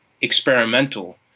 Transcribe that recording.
experimental